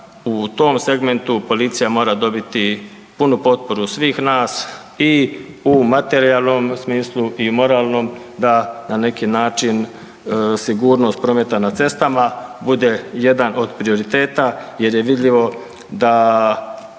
u tom segmentu policija mora dobiti punu potporu svih nas i u materijalnom smislu i moralnom da na neki način sigurnost prometa na cestama bude jedan od prioriteta jer je vidljivo da